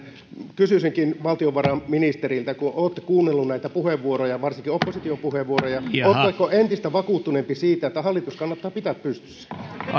kysyisinkin valtiovarainministeriltä kun olette kuunnellut näitä puheenvuoroja varsinkin opposition puheenvuoroja oletteko entistä vakuuttuneempi siitä että hallitus kannattaa pitää pystyssä